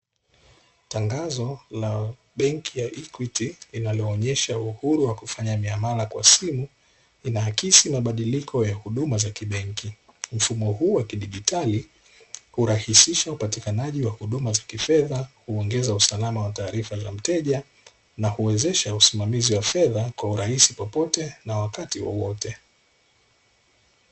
Tangazo la benki ya "EQUITY" linaloonyesha uhuru wa kufanya miamala kwa simu inaakisi mabadiliko ya huduma za kibenki; mfumo huu wa kidigitali hurahisisha upatikanaji wa huduma za kifedha kuongeza usalama wa taarifa za mteja na huwezesha usimamizi wa fedha kwa urahisi popote, na wakati wowote.